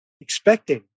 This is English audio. expecting